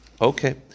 Okay